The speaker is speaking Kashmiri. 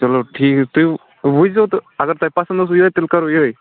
چلو ٹھیٖک تُہۍ وُچھۍزیٚو تہٕ اگر تۄہہِ پَسنٛد اوسوٕ یِہَےَ تیٚلہِ کَرو یِہَے